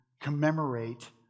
commemorate